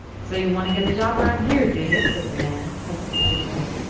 so you want to get a job around here, do you? said the man, presently, with a grin.